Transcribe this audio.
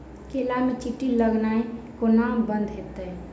केला मे चींटी लगनाइ कोना बंद हेतइ?